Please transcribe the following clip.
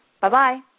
Bye-bye